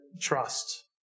trust